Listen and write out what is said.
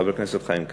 חבר הכנסת חיים כץ,